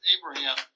Abraham